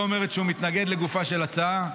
לא אומרת שהוא מתנגד לגופה של ההצעה.